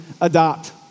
adopt